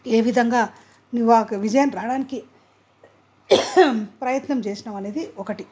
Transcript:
ఏ విధంగా నువ్వు ఆయొక్క విజయం రావడానికి ప్రయత్నం చేసావు అనేది ఒకటి